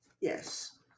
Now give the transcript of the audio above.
yes